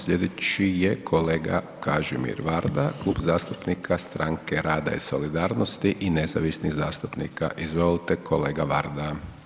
Slijedeći je kolega Kažimir Varda, Klub zastupnika Stranke rada i solidarnosti i nezavisnih zastupnika, izvolite kolega Varda.